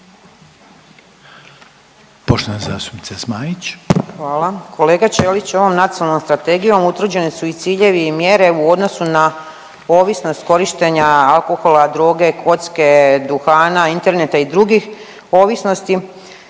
**Zmaić, Ankica (HDZ)** Hvala. Kolega Ćelić ovom nacionalnom strategijom utvrđeni su i ciljevi i mjere u odnosu na ovisnost korištenja alkohola, droge, kocke, duhana, interneta i drugih ovisnosti.